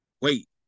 Wait